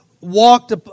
walked